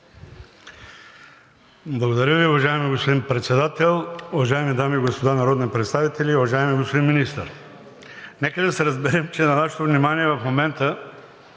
Благодаря Ви, уважаеми господин Председател. Уважаеми дами и господа народни представители, уважаеми господин Министър, нека да се разберем, че на нашето внимание в момента